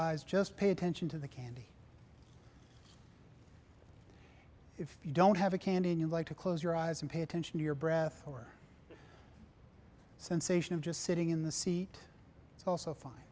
eyes just pay attention to the candy if you don't have a candy and you like to close your eyes and pay attention to your breath or sensation of just sitting in the seat it's also fine